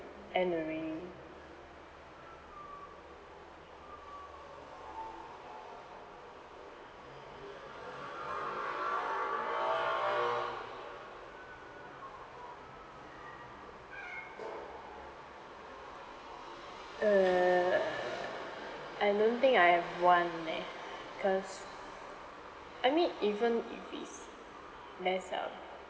end already uh I don't think I have one leh because I mean even if it's mess ah